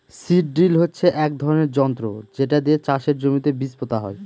seed drill হচ্ছে এক ধরনের যন্ত্র যেটা দিয়ে চাষের জমিতে বীজ পোতা হয়